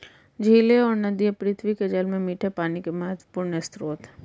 झीलें और नदियाँ पृथ्वी के जल में मीठे पानी के महत्वपूर्ण स्रोत हैं